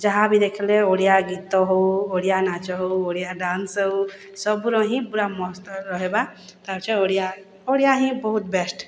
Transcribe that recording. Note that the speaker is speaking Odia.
ଯାହା ବି ଦେଖ୍ଲେ ଓଡ଼ିଆ ଗୀତ ହଉ ଓଡ଼ିଆ ନାଚ ହଉ ଓଡ଼ିଆ ଡ୍ୟାନ୍ସ ହଉ ସବୁର ହିଁ ପୁରା ମସ୍ତ୍ ରହେବା ତାପଛେ ହେଉଛି ଓଡ଼ିଆ ଓଡ଼ିଆ ହିଁ ବହୁତ୍ ବେଷ୍ଟ୍